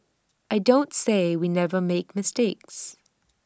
I don't say we never make mistakes